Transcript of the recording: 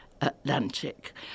Atlantic